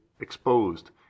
exposed